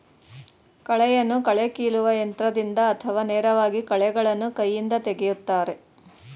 ಕಳೆಯನ್ನು ಕಳೆ ಕೀಲುವ ಯಂತ್ರದಿಂದ ಅಥವಾ ನೇರವಾಗಿ ಕಳೆಗಳನ್ನು ಕೈಯಿಂದ ತೆಗೆಯುತ್ತಾರೆ